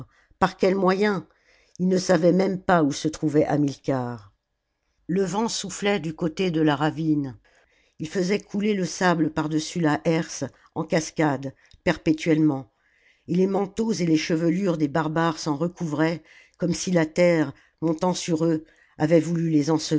par quel moyen ils ne savaient même pas où se trouvait hamilcar le vent soufflait du côté de la ravine ii faisait couler le sable par-dessus la herse en cascades perpétuellement et les manteaux et les chevelures des barbares s'en recouvraient comme si la terre montant sur eux avait voulu les